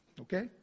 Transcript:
Okay